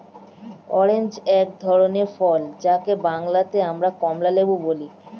orange এক ধরনের ফল যাকে বাংলাতে আমরা কমলালেবু বলি